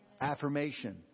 Affirmation